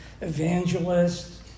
Evangelists